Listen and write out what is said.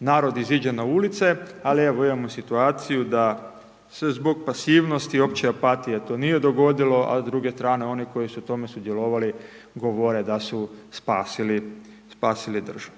narod iziđe na ulice ali evo imamo situaciju da se zbog pasivnosti opće opatije to nije dogodilo, a s druge strane oni koji su u tome sudjelovali, govore da su spasili državu.